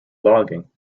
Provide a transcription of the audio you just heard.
logging